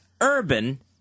Urban